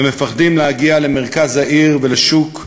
ומפחדים להגיע למרכז העיר ולשוק,